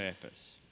purpose